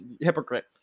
hypocrite